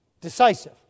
decisive